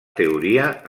teoria